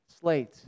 slate